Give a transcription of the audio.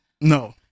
No